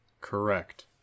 Correct